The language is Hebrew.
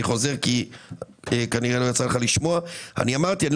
אני לא